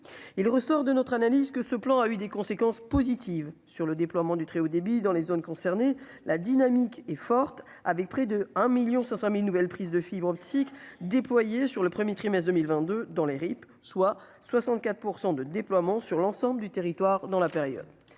il ressort de notre analyse que ce plan a eu des conséquences positives sur le déploiement du très haut débit dans les zones concernées, la dynamique est forte avec près de 1 1000000 500 1000 une nouvelle prise de fibres optiques déployées sur le 1er trimestres 2022 dans les ripe soit 64 % de déploiement sur l'ensemble du territoire dans la période,